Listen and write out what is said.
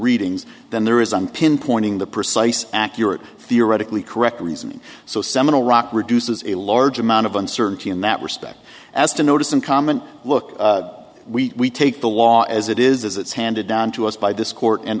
readings than there is on pinpointing the precise accurate theoretically correct reasoning so seminal rock reduce there's a large amount of uncertainty in that respect as to notice and comment look we take the law as it is as it's handed down to us by this court and